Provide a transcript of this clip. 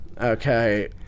Okay